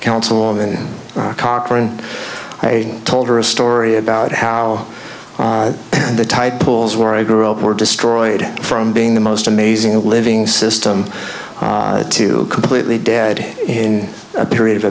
council in cochrane i told her a story about how the tide pools where i grew up were destroyed from being the most amazing of living system to completely dead in a period of